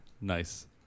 Nice